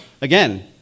Again